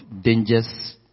dangers